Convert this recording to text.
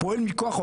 הוא פועל מכוח חוק,